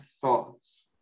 thoughts